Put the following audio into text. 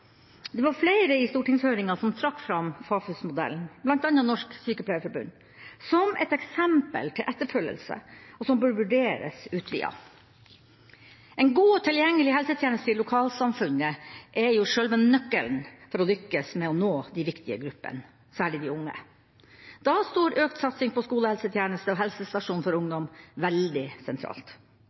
Det var flere i høringa som trakk fram FAFUS-modellen, blant annet Norsk Sykepleierforbund, som et eksempel til etterfølgelse og som bør vurderes utvidet. En god og tilgjengelig helsetjeneste i lokalsamfunnene er selve nøkkelen for å lykkes med å nå de viktige gruppene, særlig de unge. Da står økt satsing på skolehelsetjeneste og helsestasjon for ungdom veldig sentralt.